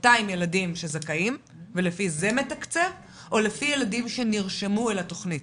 200 ילדים שזכאים ולפי זה מתקצב או לפי ילדים שנרשמו לתוכנית?